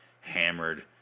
hammered